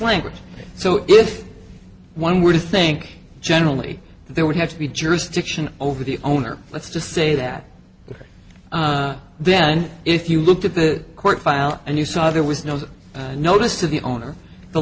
language so if one were to think generally there would have to be jurisdiction over the owner let's just say that then if you looked at the court file and you saw there was no notice to the owner the